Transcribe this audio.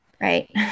right